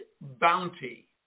bounty